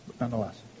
Nonetheless